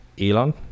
Elon